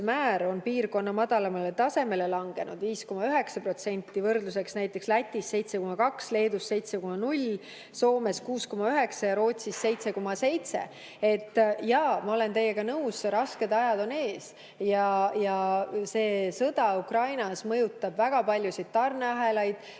määr on piirkonna madalaimale tasemele langenud: 5,9%. Võrdluseks näiteks Lätis on see 7,2, Leedus 7,0, Soomes 6,9 ja Rootsis 7,7%.Ma olen teiega nõus, rasked ajad on ees ja sõda Ukrainas mõjutab väga paljusid tarneahelaid.